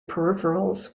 peripherals